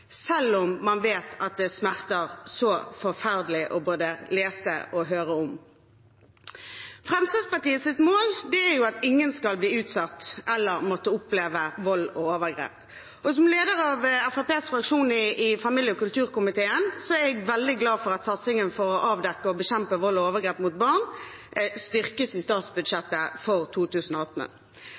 selv om man vet at det smerter så forferdelig både å lese og høre om dem. Fremskrittspartiets mål er at ingen skal bli utsatt for eller måtte oppleve vold og overgrep, og som leder av Fremskrittspartiets fraksjon i familie- og kulturkomiteen er jeg veldig glad for at satsingen for å avdekke og bekjempe vold og overgrep mot barn styrkes i statsbudsjettet for 2018.